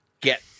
get